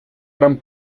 gran